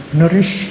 nourish